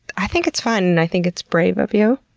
i think it's fine and i think it's brave of you.